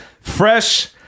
Fresh